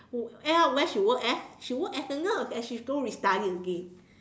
who end up where she work as she work as a nurse and she's still need to study again